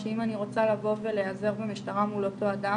שאם אני רוצה לבוא ולהיעזר במשטרה מול אותו אדם,